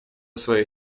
своей